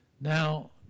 now